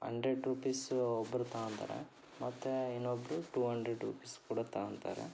hundred rupees ಒಬ್ಬರು ತೋಂತಾರೆ ಮತ್ತು ಇನ್ನೊಬ್ಬರು ಟೂ ಹಂಡ್ರೆಡ್ ರುಪೀಸ್ ಕೂಡ ತೋಂತಾರೆ